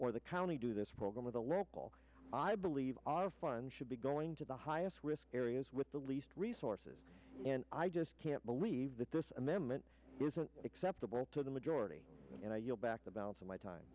or the county do this program or the local i believe our fund should be going to the highest risk areas with the least resources and i just can't believe that this amendment is an acceptable to the majority and i yield back the balance of my time